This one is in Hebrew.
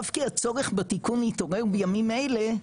אף כי הצורך בתיקון התעורר בימים אלה,